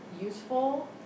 useful